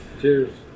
Cheers